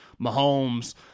Mahomes